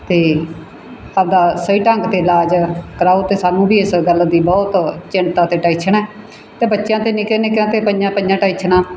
ਅਤੇ ਆਪਣਾ ਸਹੀ ਢੰਗ ਅਤੇ ਇਲਾਜ ਕਰਵਾਓ ਅਤੇ ਸਾਨੂੰ ਵੀ ਇਸ ਗੱਲ ਦੀ ਬਹੁਤ ਚਿੰਤਾ ਅਤੇ ਟੈਸ਼ਨ ਹੈ ਅਤੇ ਬੱਚਿਆਂ 'ਤੇ ਨਿੱਕੇ ਨਿੱਕਿਆਂ 'ਤੇ ਪਈਆਂ ਪਈਆਂ ਟੈਂਸ਼ਨਾਂ